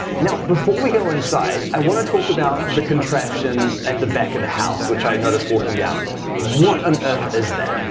now before we go inside, i want to talk about the contraption at the back of the house, which i noticed walking down what on earth is that?